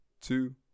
Two